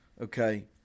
okay